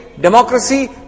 democracy